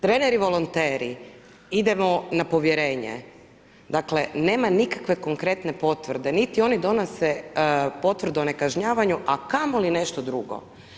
Treneri volonteri idemo na povjerenje, dakle nema nikakve konkretne potvrde, niti oni donose potvrdu o nekažnjavanju, a kamoli nešto drugo.